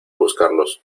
buscarlos